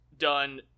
done